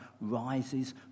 rises